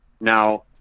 Now